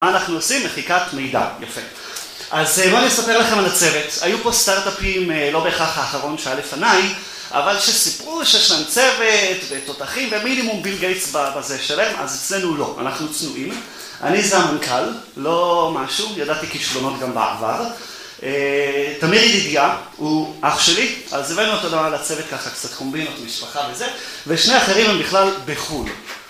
מה אנחנו עושים? מחיקת מידע, יפה. אז בואו אני אספר לכם על הצוות. היו פה סטארט-אפים, לא בהכרח האחרון שהיה לפניי, אבל שסיפרו שיש להם צוות ותותחים, ומינימום הוא ביל גייטס בזה שלהם, אז אצלנו לא, אנחנו צנועים. אני סמנכ"ל, לא משהו, ידעתי כישלונות גם בעבר. תמיר ידידיה, הוא אח שלי, אז הבאנו אותו לצוות ככה, קצת קומבינות, משפחה וזה, ושני אחרים הם בכלל בחו"ל.